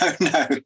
No